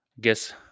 guess